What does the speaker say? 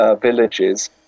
Villages